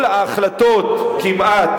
כל ההחלטות כמעט,